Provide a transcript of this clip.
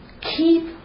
keep